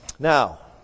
Now